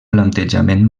plantejament